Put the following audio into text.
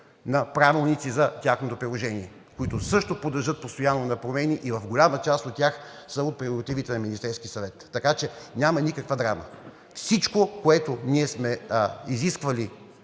на правилници за тяхното приложение, които също подлежат постоянно на промени, и голяма част от тях са от прерогативите на Министерския съвет, така че няма никаква драма. Всичко, което ние сме изисквали